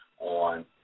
on